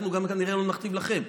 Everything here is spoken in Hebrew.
שאנחנו גם כנראה לא נכתיב לכם.